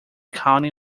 county